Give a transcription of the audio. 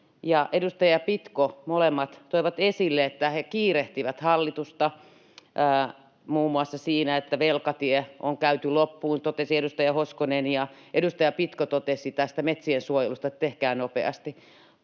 edustaja Pitko molemmat toivat esille, että he kiirehtivät hallitusta muun muassa siinä, että velkatie on käyty loppuun — näin totesi edustaja Hoskonen — ja edustaja Pitko totesi tästä metsien suojelusta, että tehkää nopeasti.